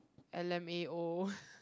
l_m_a_o